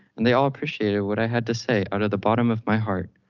and they all appreciated what i had to say out of the bottom of my heart.